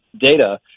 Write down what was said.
data